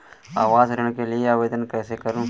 आवास ऋण के लिए आवेदन कैसे करुँ?